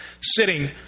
sitting